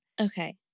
Okay